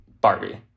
Barbie